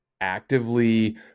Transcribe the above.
actively